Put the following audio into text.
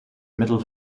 middel